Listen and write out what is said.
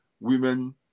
women